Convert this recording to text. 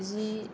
जि